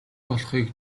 болохыг